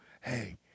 hey